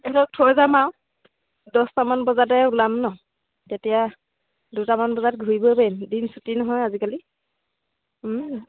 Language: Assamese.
ইহঁতক থৈ যাম আৰু দহটামান বজাতে ওলাম ন তেতিয়া দুটামান বজাত ঘূৰিব পাৰিম দিন চুটি নহয় আজিকালি